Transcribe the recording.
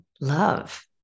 love